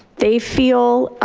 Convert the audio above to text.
they feel